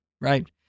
right